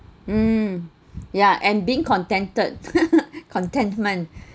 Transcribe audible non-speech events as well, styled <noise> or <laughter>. mm yeah and being contented <laughs> contentment